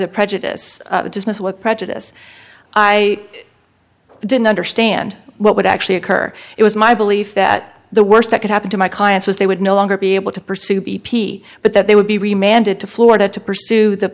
the prejudice the dismissal of prejudice i didn't understand what would actually occur it was my belief that the worst that could happen to my clients was they would no longer be able to pursue b p but that they would be remained it to florida to pursue the